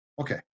okay